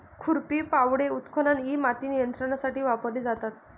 खुरपी, फावडे, उत्खनन इ माती नियंत्रणासाठी वापरले जातात